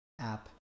app